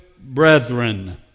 brethren